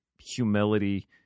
humility